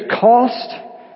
cost